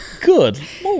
good